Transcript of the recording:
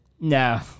No